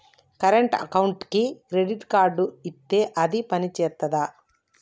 Current అకౌంట్కి credit card ఇత్తే అది పని చేత్తదా?